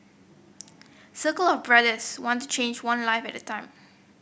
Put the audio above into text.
circle of Brothers want to change one life at a time